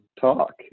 talk